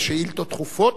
בשאילתות דחופות.